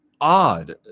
odd